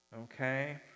Okay